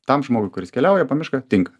tam žmogui kuris keliauja po mišką tinka